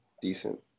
decent